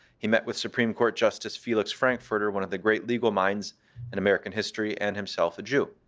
he met with supreme court justice felix frankfurter, one of the great legal minds in american history and himself a jew.